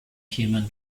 human